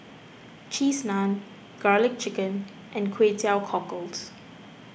Cheese Naan Garlic Chicken and Kway Teow Cockles